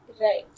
Right